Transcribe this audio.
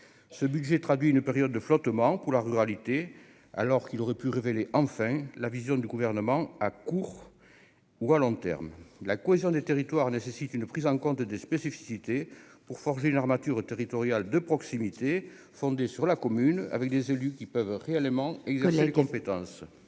ce budget traduit une période de flottement pour la ruralité, alors qu'il aurait pu révéler enfin la vision du gouvernement à court ou à long terme la cohésion des territoires nécessite une prise en compte des spécificités pour forger une armature territoriale de proximité, fondée sur la commune avec des élus qui peuvent réellement compétence.